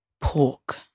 pork